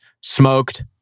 Smoked